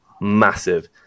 massive